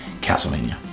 Castlevania